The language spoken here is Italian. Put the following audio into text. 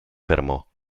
fermò